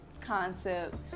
concept